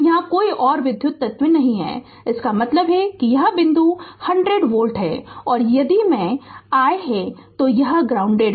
तो यहां कोई विद्युत तत्व नहीं है इसका मतलब है कि यह बिंदु वोल्टेज 100 वोल्ट है और यदि मै I है तो यह ग्राउंडेड है